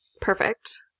Perfect